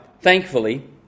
thankfully